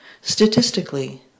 Statistically